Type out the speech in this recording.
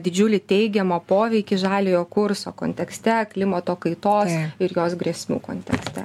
didžiulį teigiamą poveikį žaliojo kurso kontekste klimato kaitos ir jos grėsmių kontekste